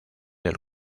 del